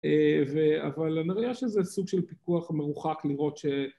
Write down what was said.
אבל הראייה שזה סוג של פיקוח מרוחק לראות